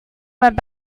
went